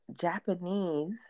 Japanese